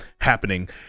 happening